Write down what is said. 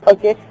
Okay